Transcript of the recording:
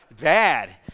Bad